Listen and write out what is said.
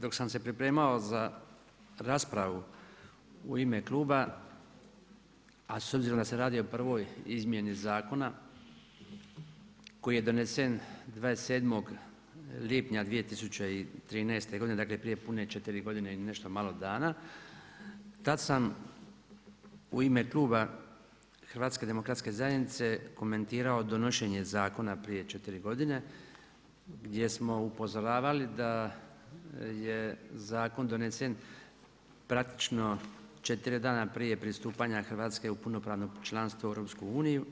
Dok sam se pripremao za raspravu u ime kluba a s obzirom da se radi o prvoj izmjeni zakona koji je donesen 27. lipnja 2013. godine, dakle prije pune 4 godine i nešto malo dana tada sam u ime kluba HDZ-a komentirao donošenje zakona prije 4 godine gdje smo upozoravali da je zakon donesen praktično 4 dana prije pristupanja Hrvatske u punopravno članstvo u EU.